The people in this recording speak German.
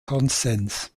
konsens